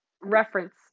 reference